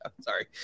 Sorry